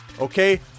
okay